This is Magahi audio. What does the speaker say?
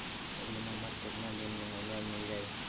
ऋण हमर केतना दिन मे हमरा मील जाई?